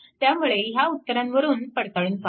त्यामुळे ह्या उत्तरांवरून पडताळून पहा